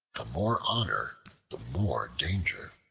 the more honor the more danger.